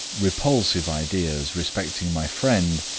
repulsive ideas respecting my friend,